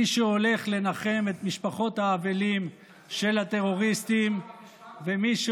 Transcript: מי שהולך לנחם את משפחות האבלים של הטרוריסטים ומי שהולך,